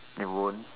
you won't